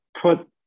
put